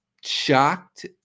shocked